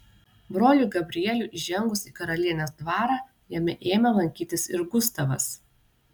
broliui gabrieliui įžengus į karalienės dvarą jame ėmė lankytis ir gustavas